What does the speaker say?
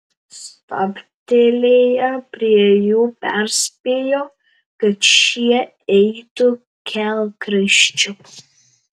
stabtelėję prie jų perspėjo kad šie eitų kelkraščiu